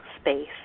space